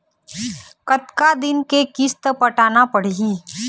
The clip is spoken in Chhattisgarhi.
कतका दिन के किस्त पटाना पड़ही?